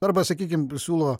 arba sakykim siūlo